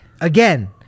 Again